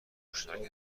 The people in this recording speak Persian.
مشترک